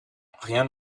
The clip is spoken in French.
rien